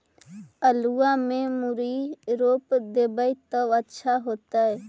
आलुआ में मुरई रोप देबई त अच्छा होतई?